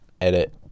edit